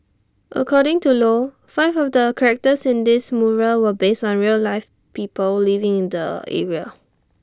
according to low five of the characters in this mural were based on real life people living in the area